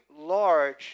large